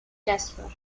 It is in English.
jasper